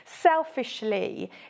selfishly